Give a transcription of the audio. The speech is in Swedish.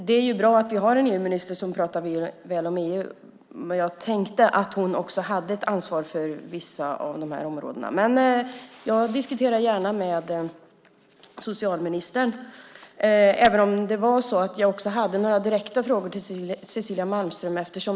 Det är bra att vi har en EU-minister som pratar bra om EU. Jag tänkte att hon också hade ett ansvar för vissa av områdena. Men jag diskuterar gärna med socialministern, även om jag hade några direkta frågor till Cecilia Malmström.